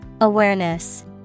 Awareness